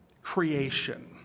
creation